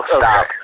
stop